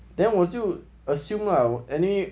then 我就 assume lah any